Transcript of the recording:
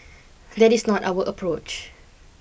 that is not our approach